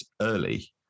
early